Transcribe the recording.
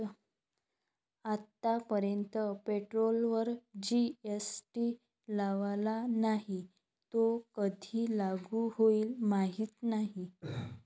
आतापर्यंत पेट्रोलवर जी.एस.टी लावला नाही, तो कधी लागू होईल माहीत नाही